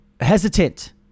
hesitant